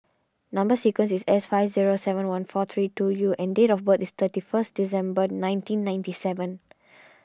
Number Sequence is S five zero seven one four three two U and date of birth is thirty first December nineteen ninety seven